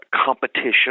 competition